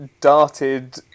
darted